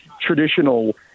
traditional